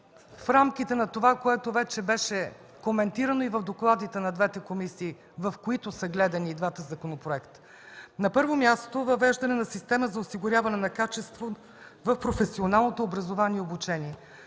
в рамките на това, което вече беше коментирано и в докладите на двете комисии, в които са гледани и двата законопроекта? На първо място, въвеждане на система за осигуряване на качество в професионалното образование и обучение.